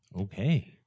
Okay